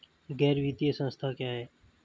गैर वित्तीय संस्था क्या है?